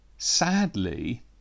sadly